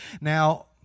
Now